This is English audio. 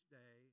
day